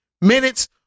minutes